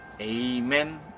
Amen